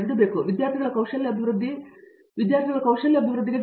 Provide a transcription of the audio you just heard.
ನಾನು ವಿದ್ಯಾರ್ಥಿಗಳ ಕೌಶಲ್ಯ ಅಭಿವೃದ್ಧಿ ಗಮನಹರಿಸಬೇಕು ಎಂದು ನಾನು ಭಾವಿಸುತ್ತೇನೆ